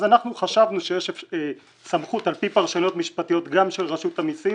אז אנחנו חשבנו שיש סמכות על פי פרשנויות משפטיות גם של רשות המסים